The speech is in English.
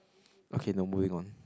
okay now moving on